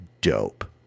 dope